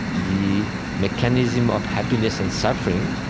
the mechanism of happiness and suffering,